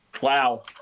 Wow